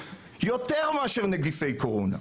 מאשר נגיפי קורונה.